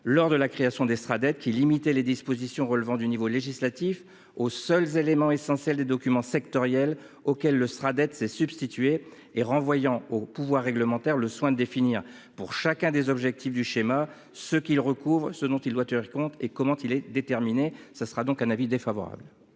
lors de la création des Sraddet, qui limitait les dispositions relevant du domaine législatif aux seuls éléments essentiels des documents sectoriels auxquels le Sraddet s'est substitué, en renvoyant au pouvoir réglementaire le soin de définir, pour chacun des objectifs du schéma, ce qu'il recouvre, ce dont il doit tenir compte et la manière dont il est déterminé. Pour ces raisons,